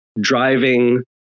driving